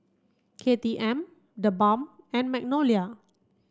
K T M TheBalm and Magnolia